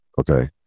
Okay